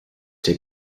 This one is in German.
der